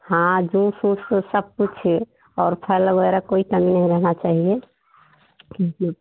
हाँ जूस वूस ऊस सब कुछ है और फल वगैरह कोई कमी नहीं रहना चाहिए जी